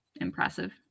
impressive